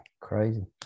crazy